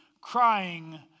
crying